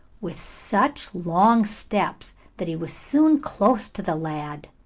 with such long steps that he was soon close to the lad.